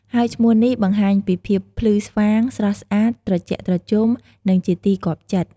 ហើយឈ្មោះនេះបង្ហាញពីភាពភ្លឺស្វាង ស្រស់ស្អាត ត្រជាក់ត្រជុំ និងជាទីគាប់ចិត្ត។